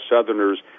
Southerners